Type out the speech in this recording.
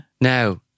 Now